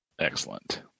Excellent